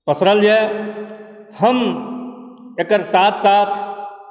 पसरल अइ हम एकर साथ साथ